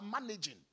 managing